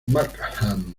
markham